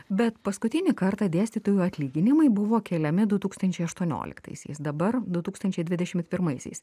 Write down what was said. bet paskutinį kartą dėstytojų atlyginimai buvo keliami du tūkstančiai aštuonioliktaisiais dabar du tūkstančiai dvidešimt pirmaisiais